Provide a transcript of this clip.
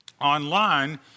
online